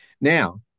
Now